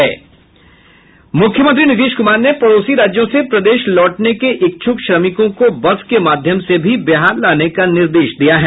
मुख्यमंत्री नीतीश कुमार ने पड़ोसी राज्यों से प्रदेश लौटने के इच्छुक श्रमिकों को बस के माध्यम से भी बिहार लाने का निर्देश दिया है